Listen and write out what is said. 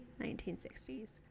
1960s